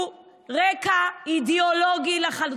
הוא על רקע אידיאולוגי לחלוטין.